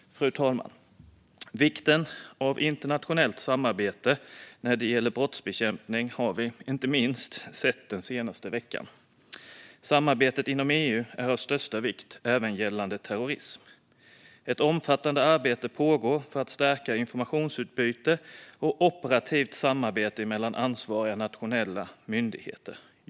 Fru talman! Vikten av internationellt samarbete när det gäller brottsbekämpning har vi inte minst sett den senaste veckan. Samarbetet inom EU är av största vikt även gällande terrorism. Ett omfattande arbete pågår för att stärka informationsutbyte och operativt samarbete mellan ansvariga nationella myndigheter.